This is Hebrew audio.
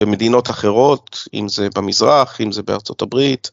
במדינות אחרות, אם זה במזרח, אם זה בארצות הברית.